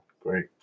Great